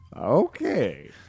Okay